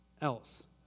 else